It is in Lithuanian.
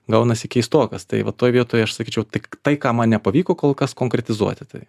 gaunasi keistokas tai va toj vietoj aš sakyčiau tik tai ką man nepavyko kol kas konkretizuoti tai